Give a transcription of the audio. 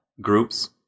groups